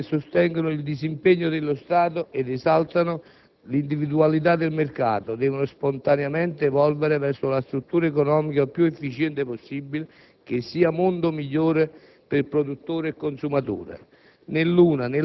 Le due regole, che sostengono il disimpegno dello Stato ed esaltano l'individualità nel mercato, devono spontaneamente evolvere verso la struttura economica più efficiente possibile, che sia il «mondo migliore per produttore e consumatore».